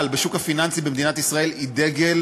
לשתף פעולה על מנת לצאת עם חוק שלאזרח יהיה כמה שפחות נזק.